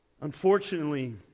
Unfortunately